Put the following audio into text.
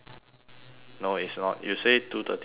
no it's not you say two thirty to four thirty